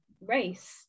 race